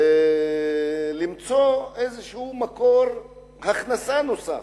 למצוא איזה מקור הכנסה נוסף.